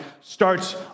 starts